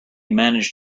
manage